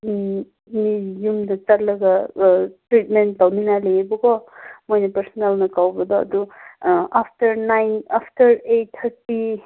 ꯃꯤꯒꯤ ꯌꯨꯝꯗ ꯆꯠꯂꯒ ꯇ꯭ꯔꯤꯠꯃꯦꯟ ꯇꯧꯅꯤꯡꯉꯥꯏ ꯂꯩꯌꯦꯕꯀꯣ ꯃꯣꯏꯅ ꯄꯥꯔꯁꯣꯅꯦꯜꯅ ꯀꯧꯕꯗ ꯑꯗꯨ after nine after eight thirty